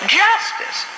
justice